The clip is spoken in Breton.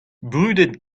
brudet